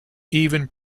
even